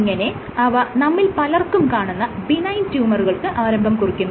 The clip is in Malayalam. ഇങ്ങനെ അവ നമ്മിൽ പലർക്കും കാണുന്ന ബിനൈൻ ട്യൂമറുകൾക്ക് ആരംഭം കുറിക്കുന്നു